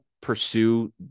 pursue